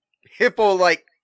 hippo-like